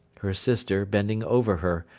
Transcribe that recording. her sister, bending over her,